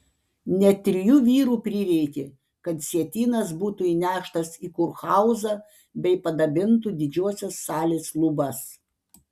net trijų vyrų prireikė kad sietynas būtų įneštas į kurhauzą bei padabintų didžiosios salės lubas